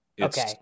Okay